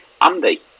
Andy